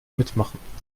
mitmachen